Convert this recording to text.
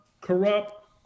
corrupt